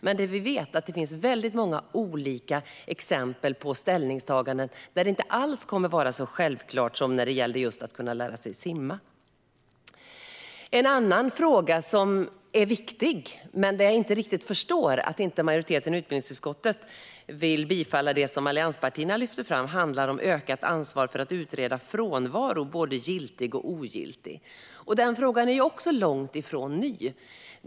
Men vi vet att det finns väldigt många olika exempel på ställningstaganden där det inte alls kommer att vara så självklart som när det gäller att kunna lära sig simma. En annan fråga som är viktig och där jag inte riktigt förstår att inte majoriteten i utbildningsutskottet vill bifalla det som allianspartierna lyfter fram handlar om ökat ansvar för att utreda både giltig och ogiltig frånvaro. Den frågan är också långt ifrån ny.